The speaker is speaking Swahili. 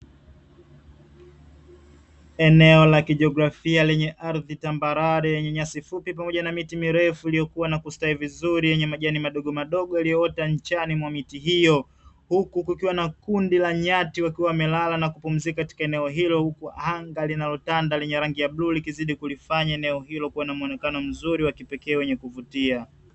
Eneo la kijiografia yenye eneo la tambarare lenye nyasi fupi pamoja na miti mirefu iliyokua na kustawi vizuri, yenye majani madogomadogo yaliyoota nchani ya miti hiyo, huku kukiwa na kundi la nyati wakiwa wamelala na kupumzika katika eneo hilo, huku anga linalotanda lenye rangi ya bluu ikizidi kulifanya eneo hilo kuwa na muonekano mzuri wa kipekee wenye kuvutia.